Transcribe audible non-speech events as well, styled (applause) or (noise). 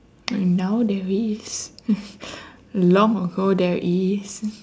now there is (laughs) long ago there is